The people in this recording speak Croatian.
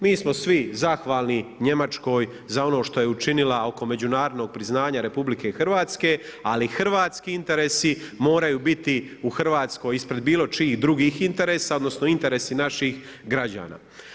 Mi smo svi zahvalni Njemačkoj za ono što je učinila oko međunarodnog priznanja RH, ali hrvatski interesi moraju biti u Hrvatskoj ispred bilo čijih drugih interesa, odnosno interesi naših građana.